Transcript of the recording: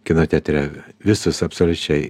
kino teatre visus absoliučiai